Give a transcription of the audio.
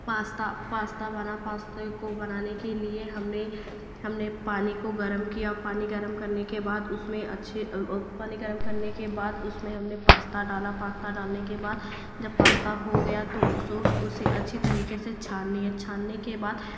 pasta बना pasta को बनाने के लिए हमने हमने पानी को गर्म किया पानी गर्म करने के बाद उसमें अच्छे पानी गर्म करने के बाद उसमे हमने पास्ता डाला पास्ता डालने के बाद जब पास्ता हो गया तो उस उसे अच्छी तरीके से छान लिए छानने के बाद